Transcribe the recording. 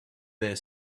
their